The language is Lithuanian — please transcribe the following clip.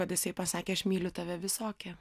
kad jisai pasakė aš myliu tave visokią